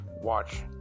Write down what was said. watch